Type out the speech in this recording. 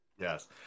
Yes